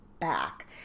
back